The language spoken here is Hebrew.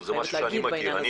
אני חייבת להגיד בעניין הזה,